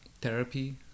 therapy